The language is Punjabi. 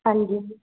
ਹਾਂਜੀ